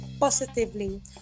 positively